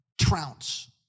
trounce